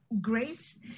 Grace